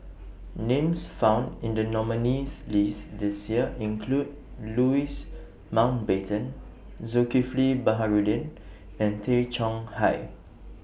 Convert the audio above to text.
Names found in The nominees' list This Year include Louis Mountbatten Zulkifli Baharudin and Tay Chong Hai